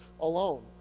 alone